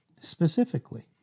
Specifically